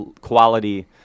quality